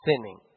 sinning